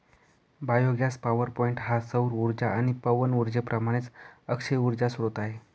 biogas powerpoint हा सौर उर्जा आणि पवन उर्जेप्रमाणेच अक्षय उर्जा स्त्रोत आहे